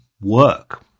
work